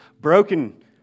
Broken